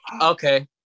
okay